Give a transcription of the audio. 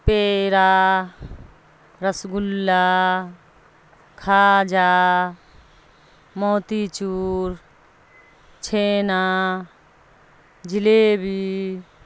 پیڑا rasgulla khaja motichoor chhena jalebi